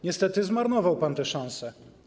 Niestety zmarnował pan tę szansę.